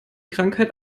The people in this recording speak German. krankheit